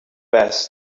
best